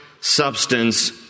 substance